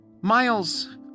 Miles